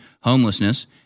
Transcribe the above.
homelessness